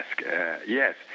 Yes